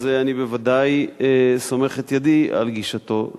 אני בוודאי סומך את ידי על גישתו זו.